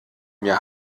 mir